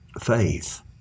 faith